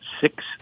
six